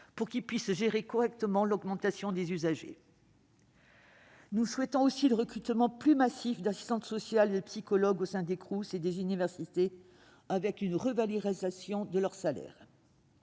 que ceux-ci puissent gérer correctement l'augmentation du nombre d'usagers. Nous souhaitons aussi le recrutement plus massif d'assistantes sociales et de psychologues au sein des Crous et des universités, ainsi qu'une revalorisation de leurs salaires